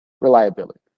reliability